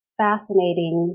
fascinating